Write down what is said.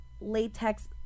latex